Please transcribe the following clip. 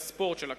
והספורט של הכנסת.